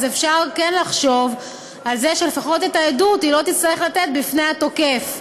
אז אפשר כן לחשוב על זה שלפחות את העדות היא לא תצטרך לתת בפני התוקף.